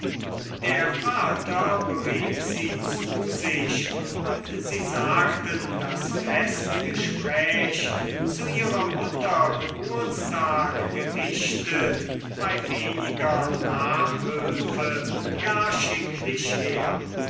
der vater berief sie zu sich und sie sagten das festgespräch zu ihrer mutter geburtstag gedichtet bei weniger nachhülfe gar schicklich her